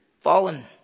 Fallen